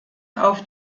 auf